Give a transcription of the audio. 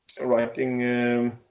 writing